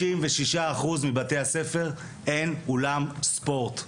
ל-66% מבתי הספר אין אולם ספורט.